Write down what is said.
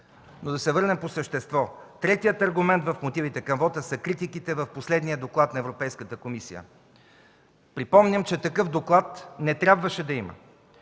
Но да се върнем по същество – третият аргумент в мотивите към вота са критиките в последния доклад на Европейската комисия. Припомням, че такъв доклад не трябваше да има.